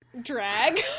Drag